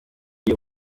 iyo